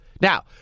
Now